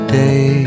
day